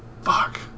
fuck